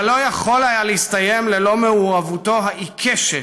אבל לא יכול היה להסתיים ללא מעורבותו העיקשת